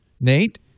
Nate